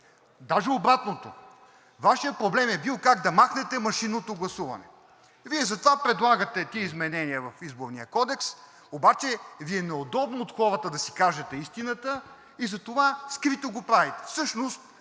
Даже обратното – Вашият проблем е бил как да махнете машинното гласуване. Вие затова предлагате тези изменения в Изборния кодекс, обаче Ви е неудобно от хората да си кажете истината, затова скрито го правите. Всъщност